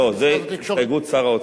לא, זאת הסתייגות שר האוצר.